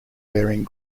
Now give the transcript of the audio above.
bearing